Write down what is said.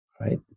right